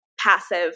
passive